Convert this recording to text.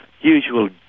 usual